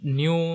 new